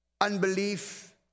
unbelief